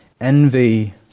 Envy